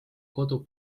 kodu